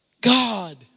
God